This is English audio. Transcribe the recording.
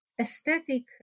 aesthetic